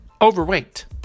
overweight